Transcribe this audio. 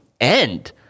end